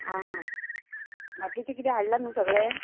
आं हा बाकीचे किदें हाडला न्हू सगळें